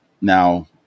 Now